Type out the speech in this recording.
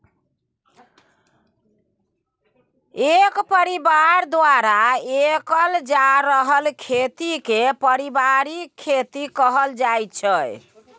एक परिबार द्वारा कएल जा रहल खेती केँ परिबारिक खेती कहल जाइत छै